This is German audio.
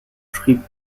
schrieb